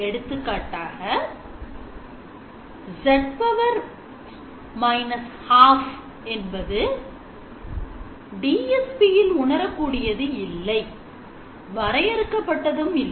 எடுத்துக்காட்டாக z −12 என்பது DSP இல் உணரக்கூடியது இல்லை வரையறுக்கப்பட்டதும் இல்லை